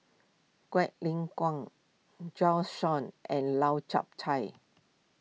Quek Ling Kiong Bjorn Shen and Lau Chiap Khai